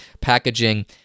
packaging